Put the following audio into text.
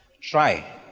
try